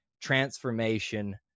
transformation